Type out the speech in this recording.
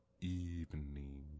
evening